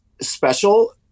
special